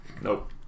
Nope